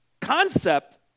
concept